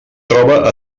troba